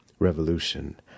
revolution